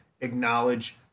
acknowledge